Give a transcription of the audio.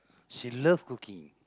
she love cooking